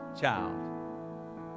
child